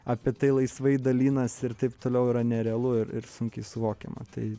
apie tai laisvai dalinasi ir taip toliau yra nerealu ir sunkiai suvokiama tai